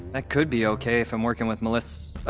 that could be okay, if i'm working with meliss ah,